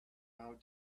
how